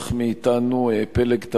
הלך מאתנו פלג תמיר,